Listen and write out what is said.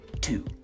two